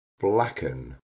Blacken